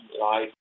life